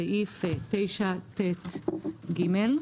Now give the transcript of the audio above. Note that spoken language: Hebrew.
סעיף 9ט(ג),